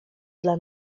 dla